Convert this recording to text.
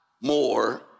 more